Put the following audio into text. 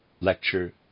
Lecture